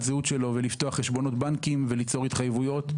הזהות שלו ולפתוח חשבונות בנקים וליצור התחייבויות.